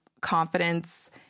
confidence